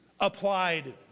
applied